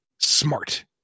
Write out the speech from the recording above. smart